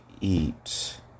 eat